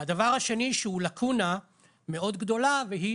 והדבר השני שהוא לקונה מאוד גדולה והיא